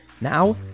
Now